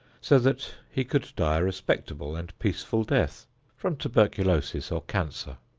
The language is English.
so that he could die a respectable and peaceful death from tuberculosis or cancer.